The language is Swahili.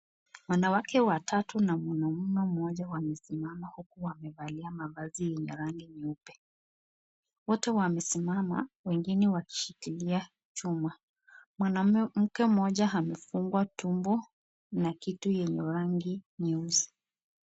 Wanawake watatu na mwanaume mmoja wamesimama hapo wamevalia mavazi yenye rangi nyeupe. Wote wamesimama, wengine wakishikilia chuma. Mwanamke mmoja amefungwa tumbo, na kitu yenye rangi nyeusi.